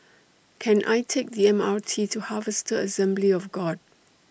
Can I Take The M R T to Harvester Assembly of God